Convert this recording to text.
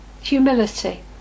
Humility